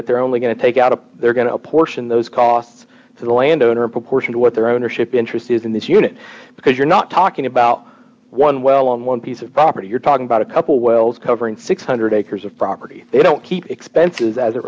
that they're only going to take out a they're going to apportion those costs to the landowner in proportion to what their ownership interest is in this unit because you're not talking about one well on one piece of property you're talking about a couple wells covering six hundred acres of property they don't keep expenses as it